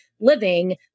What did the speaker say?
living